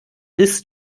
bis